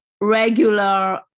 regular